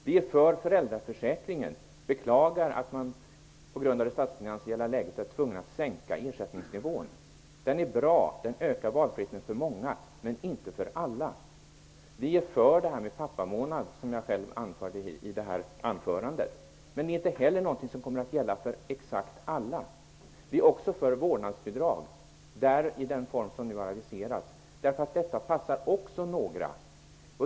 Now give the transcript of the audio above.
Vi är för föräldraförsäkringen och beklagar att man på grund av det statsfinansiella läget är tvngen att sänka ersättningsnivån. Den är bra, och den ökar valfriheten för många, men inte för alla. Vi är för en pappamånad, som jag nämnde i mitt anförande. Men inte heller den är något som kommer att gälla för exakt alla. Vi är också för ett vårdnadsbidrag i den form som nu har aviserats, eftersom också detta passar några.